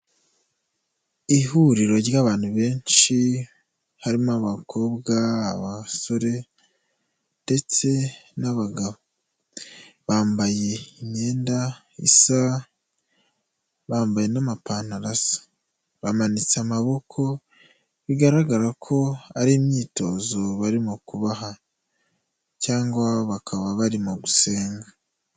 Ihuriro ry'abantu benshi harimo abakobwa, abasore ndetse n'abagabo, bambaye imyenda isa, bambaye n'amapantaro, bamanitse amaboko bigaragara ko ari imyitozo barimo kubaha cyangwa bakaba barimo gusenga.